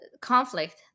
conflict